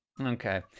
Okay